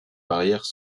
barrières